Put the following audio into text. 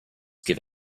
give